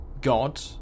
God